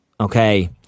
Okay